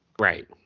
right